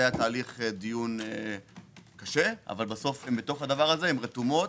היה תהליך דיון קשה, אבל הן רתומות,